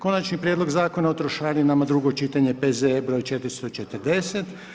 Konačni prijedlog Zakona o trošarinama, drugo čitanje, P.Z.E. br. 440.